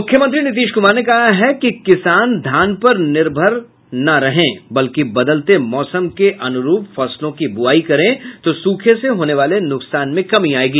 मुख्यमंत्री नीतीश कुमार ने कहा है कि किसान धान पर निर्भर न रहे बल्कि बदलते मौसम के अनुरूप फसलों की बुआई करें तो सूखे से होने वाले नुकसान में कमी आयेगी